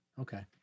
Okay